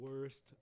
worst